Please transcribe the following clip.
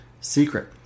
secret